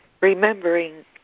remembering